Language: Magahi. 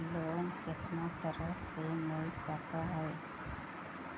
लोन कितना तरह से मिल सक है?